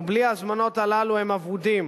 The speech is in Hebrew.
ובלי ההזמנות הללו הם אבודים.